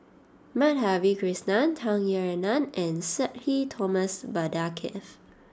Madhavi Krishnan Tung Yue Nang and Sudhir Thomas Vadaketh